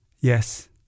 Yes